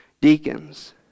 deacons